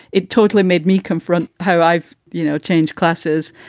it totally made me confront her. i've, you know, changed classes.